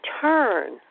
turn